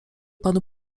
panu